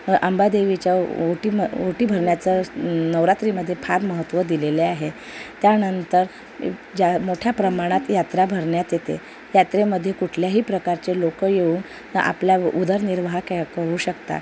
व अंबादेवीच्या ओटी म ओटी भरण्याचा नवरात्रीमध्ये फार महत्त्व दिलेले आहे त्यानंतर ज्या मोठ्या प्रमाणात यात्रा भरण्यात येते यात्रेमध्ये कुठल्याही प्रकारचे लोकं येऊन आपला उ उदरनिर्वाह कॅ करू शकतात